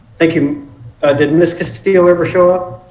like um ah did miss castille ever show up?